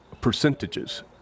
percentages